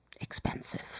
expensive